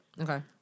Okay